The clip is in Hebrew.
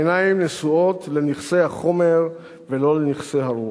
העיניים נשואות לנכסי החומר ולא לנכסי הרוח.